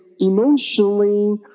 emotionally